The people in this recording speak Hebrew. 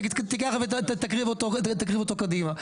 תקריב אותו קדימה.